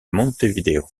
montevideo